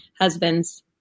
husbands